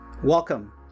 Welcome